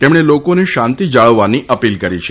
તેમણે લોકોને શાંતિ જાળવવાની અપીલ કરી છે